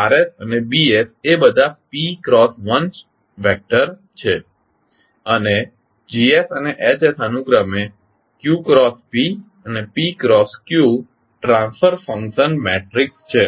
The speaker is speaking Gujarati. અને B એ બધા p×1 વેક્ટર છે અને G અને H અનુક્રમે q×p અને p×q ટ્રાન્સફર ફંક્શન મેટ્રિક્સ છે